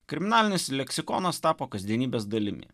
kriminalinis leksikonas tapo kasdienybės dalimi